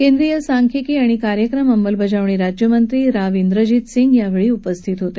केंद्रीय सांख्यिकी आणि कार्यक्रम अंमलबजावणी राज्यमंत्री राव इंद्रजितसिंग यावेळी उपस्थित होते